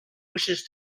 wishes